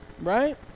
Right